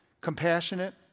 compassionate